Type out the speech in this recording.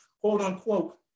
quote-unquote